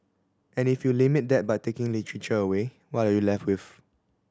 and if you limit that by taking literature away what are you left with